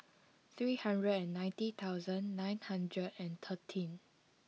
three hundred and ninety thousand nine hundred and thirteen